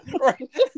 Right